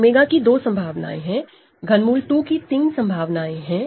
𝜔 की दो संभावनाएं हैं ∛ 2 की तीन संभावनाएं हैं